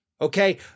okay